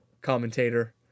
commentator